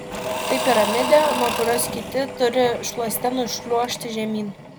tai piramidė nuo kurios kiti turi šliuožte nušliuožti žemyn